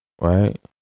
Right